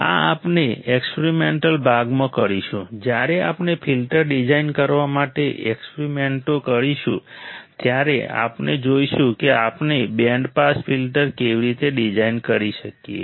આ આપણે એક્સપેરિમેન્ટલ ભાગમાં કરીશું જ્યારે આપણે ફિલ્ટર્સ ડિઝાઇન કરવા માટે એક્સપેરિમેન્ટો કરીશું ત્યારે આપણે જોઈશું કે આપણે બેન્ડ પાસ ફિલ્ટર કેવી રીતે ડિઝાઇન કરી શકીએ